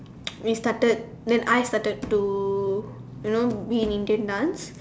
we started then I started to you know read Indian dance